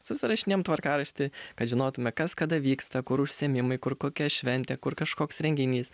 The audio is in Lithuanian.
susirašinėjam tvarkaraštį kad žinotume kas kada vyksta kur užsiėmimai kur kokia šventė kur kažkoks renginys